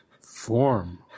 form